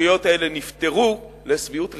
הסוגיות האלה נפתרו לשביעות רצוננו,